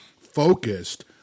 focused